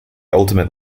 ultimate